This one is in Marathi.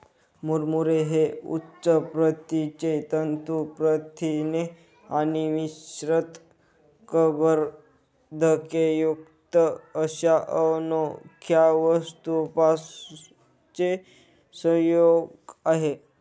मुरमुरे हे उच्च प्रतीचे तंतू प्रथिने आणि मिश्रित कर्बोदकेयुक्त अशा अनोख्या स्वरूपाचे संयोग आहे